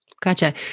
Gotcha